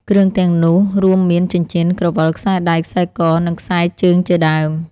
គ្រឿងទាំងនោះរួមមានចិញ្ចៀន ក្រវិល ខ្សែដៃ ខ្សែក និងខ្សែជើងជាដើម។